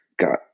got